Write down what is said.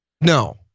No